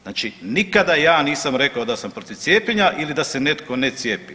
Znači nikada ja nisam rekao da sam protiv cijepljenja ili da se netko ne cijepi.